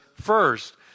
first